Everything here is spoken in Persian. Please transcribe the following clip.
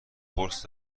قرص